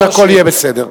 הכול יהיה בסדר.